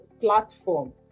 platform